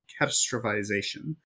catastrophization